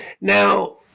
Now